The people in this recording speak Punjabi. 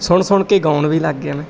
ਸੁਣ ਸੁਣ ਕੇ ਗਾਉਣ ਵੀ ਲੱਗ ਗਿਆ ਮੈਂ